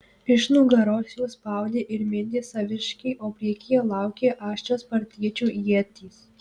iš nugaros juos spaudė ir mindė saviškiai o priekyje laukė aštrios spartiečių ietys